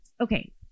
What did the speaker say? Okay